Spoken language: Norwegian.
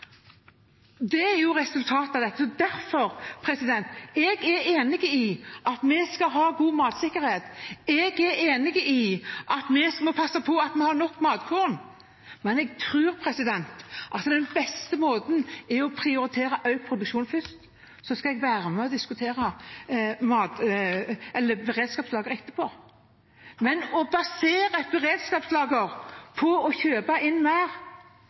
Det er resultatet av dette. Derfor er jeg enig i at vi skal ha god matsikkerhet, jeg er enig i at vi må passe på at vi har nok matkorn, men jeg tror at den beste måten er å prioritere økt produksjon først. Så skal jeg være med og diskutere beredskapslager etterpå, men å basere et beredskapslager på å kjøpe inn mer